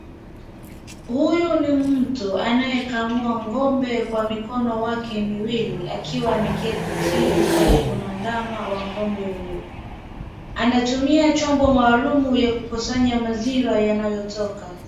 Huyu mtu anyekamua ng'ombe kwa mikono wake miwili akiwa ameketi chini karibu na ndama wa ng'ombe huyo. Anatumia chombo maalum ya kukusanya maziwa yanayotoka.